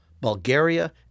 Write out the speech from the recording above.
Bulgaria